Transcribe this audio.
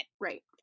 right